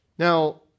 Now